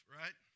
right